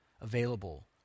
available